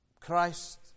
Christ